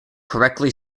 correctly